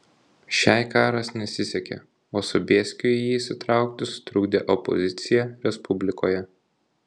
šiai karas nesisekė o sobieskiui į jį įsitraukti sutrukdė opozicija respublikoje